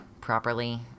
properly